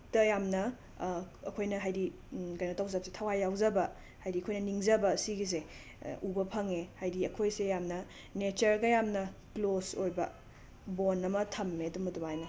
ꯇ ꯌꯥꯝꯅ ꯑꯩꯈꯣꯏꯅ ꯍꯥꯏꯗꯤ ꯀꯩꯅꯣ ꯇꯧꯖꯕꯁꯦ ꯊꯋꯥꯏ ꯌꯥꯎꯖꯕ ꯍꯥꯏꯗꯤ ꯑꯩꯈꯣꯏꯅ ꯅꯤꯡꯖꯕ ꯁꯤꯒꯤꯖꯦ ꯎꯕ ꯐꯪꯉꯦ ꯍꯥꯏꯗꯤ ꯑꯩꯈꯣꯏꯁꯦ ꯌꯥꯝꯅ ꯅꯦꯆꯔꯒ ꯌꯥꯝꯅ ꯀ꯭ꯂꯣꯁ ꯑꯣꯏꯕ ꯕꯣꯟ ꯑꯃ ꯊꯝꯃꯦ ꯑꯗꯨꯝ ꯑꯗꯨꯃꯥꯏꯅ